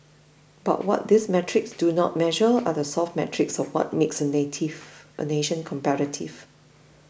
but what these metrics do not measure are the soft metrics of what makes a native a nation competitive